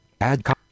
add